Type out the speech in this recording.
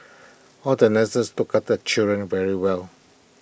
all the nurses took after the children very well